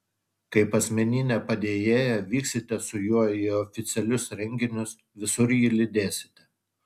kaip asmeninė padėjėja vyksite su juo į oficialius renginius visur jį lydėsite